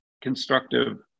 constructive